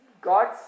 God's